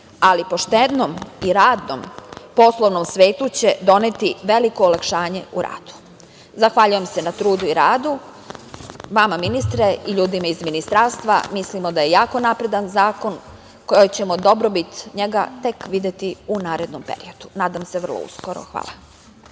ali poštenom i radnom poslovnom svetu će doneti veliko olakšanje u radu. Zahvaljujem se na trudu i radu vama ministre i ljudima iz ministarstva, mislimo da je jako napredan zakon koji ćemo dobrobit njega tek videti u narednom periodu. Nadam se vrlo uskoro. Hvala.